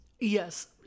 yes